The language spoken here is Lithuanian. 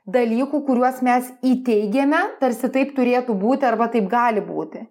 dalykų kuriuos mes įteigiame tarsi taip turėtų būti arba taip gali būti